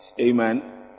Amen